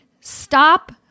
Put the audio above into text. stop